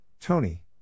Tony